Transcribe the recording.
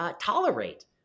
tolerate